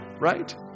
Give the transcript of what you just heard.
right